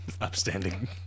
upstanding